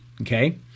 okay